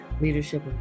Leadership